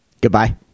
Goodbye